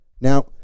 Now